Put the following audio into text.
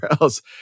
else